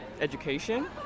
education